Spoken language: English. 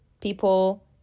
people